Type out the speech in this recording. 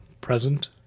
present